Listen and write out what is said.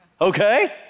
Okay